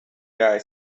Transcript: guy